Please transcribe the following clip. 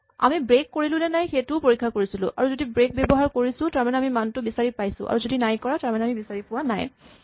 আমি ব্ৰেক কৰিলো নে নাই সেইটোও পৰীক্ষা কৰিছিলো আমি যদি ব্ৰেক ব্যৱহাৰ কৰিছো তাৰমানে আমি মানটো বিচাৰি পাইছো আৰু যদি নাই কৰা তাৰমানে আমি বিচাৰি নাই পোৱা